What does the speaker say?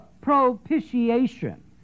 propitiation